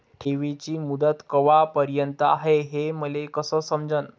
ठेवीची मुदत कवापर्यंत हाय हे मले कस समजन?